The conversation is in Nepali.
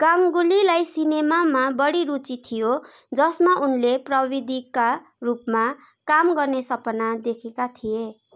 गाङ्गुलीलाई सिनेमामा बढी रुचि थियो जसमा उनले प्रविधिका रूपमा काम गर्ने सपना देखेका थिए